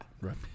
Right